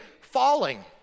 falling